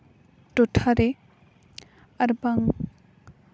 ᱴᱚᱴᱷᱟ ᱨᱮ ᱟᱨ ᱵᱟᱝ